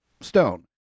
stone